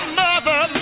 mother